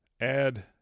add